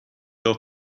auch